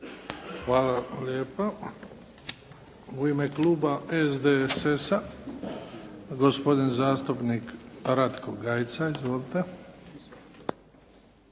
Hvala lijepa. U ime kluba SDSS-a gospodin zastupnik Ratko Gajica. Izvolite.